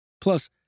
Plus